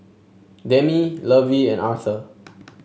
Demi Lovey and Arthur